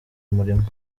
umurimo